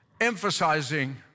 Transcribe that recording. emphasizing